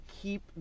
keep